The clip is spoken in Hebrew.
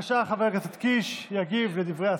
קרי, באותו מנגנון שקיים בחוק